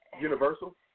Universal